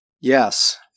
Yes